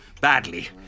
Badly